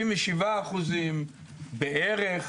77% בערך.